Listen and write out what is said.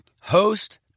host